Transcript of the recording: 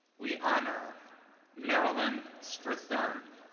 we honor marilyn strathern.